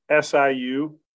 SIU